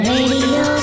Radio